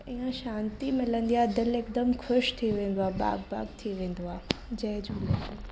उहा शांती मिलंदी आहे दिलि हिकदमि ख़ुशि थी वेंदी आहे बाग़ुबाग़ु थी वेंदी आहे जय झूलेलाल